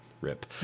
rip